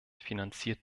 finanziert